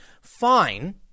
Fine